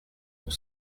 ont